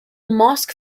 mosque